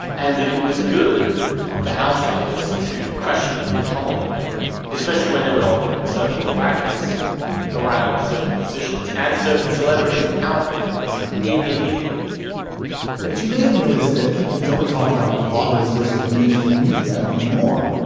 and that it was good for outsiders to question them and pummel them especially when they would often circle the wagons around certain positions and certain celebrities and powerful figures in the media but you may have noticed that people don't talk about bloggers versus the mainstream media anymore.